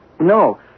No